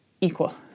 equal